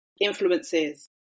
influences